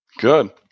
Good